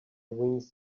wings